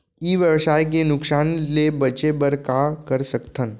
ई व्यवसाय के नुक़सान ले बचे बर का कर सकथन?